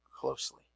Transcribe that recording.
closely